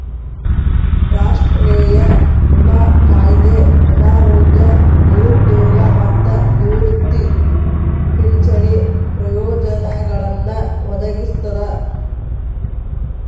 ರಾಷ್ಟ್ರೇಯ ವಿಮಾ ಕಾಯ್ದೆ ಅನಾರೋಗ್ಯ ನಿರುದ್ಯೋಗ ಮತ್ತ ನಿವೃತ್ತಿ ಪಿಂಚಣಿ ಪ್ರಯೋಜನಗಳನ್ನ ಒದಗಿಸ್ತದ